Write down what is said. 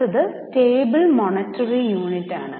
അടുത്തത് stable monetary യൂണിറ്റാണ്